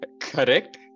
Correct